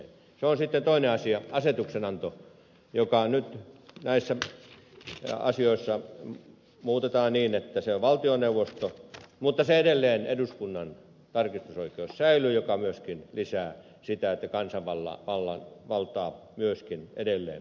sitten toinen asia on asetuksen anto joka nyt näissä asioissa muutetaan niin että se on valtioneuvostolla mutta edelleen eduskunnan tarkistusoikeus säilyy mikä myöskin lisää sitä että kansanvaltaa myöskin edelleen ylläpidetään